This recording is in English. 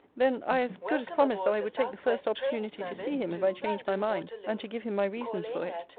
then i as good as promised that i would take the first opportunity to see him, if i change my mind, and to give him my reasons for it.